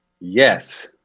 Yes